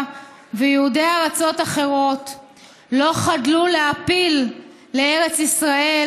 ויהודי ארצות אחרות לא חדלו להעפיל לארץ ישראל,